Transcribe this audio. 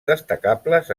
destacables